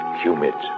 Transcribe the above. humid